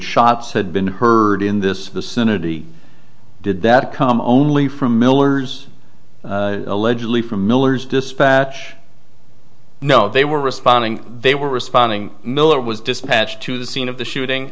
shots had been heard in this vicinity did that come only from miller's allegedly from miller's dispatch no they were responding they were responding miller was dispatched to the scene of the shooting